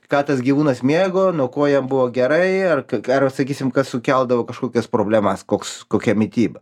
ką tas gyvūnas mėgo nuo ko jam buvo gerai ar ar sakysim kas sukeldavo kažkokias problemas koks kokia mityba